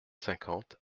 cinquante